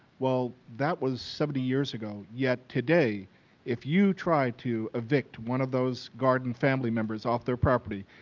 well that was seventy years ago, yet today if you try to evict one of those garden family members off their property,